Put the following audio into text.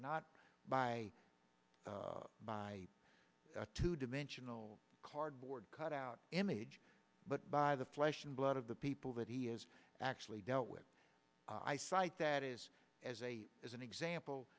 not by by a two dimensional cardboard cutout image but by the flesh and blood of the people that he has actually dealt with i cite that is as a as an example